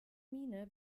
miene